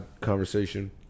conversation